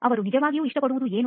ಅವರು ನಿಜವಾಗಿಯೂ ಇಷ್ಟಪಡುವುದು ಏನು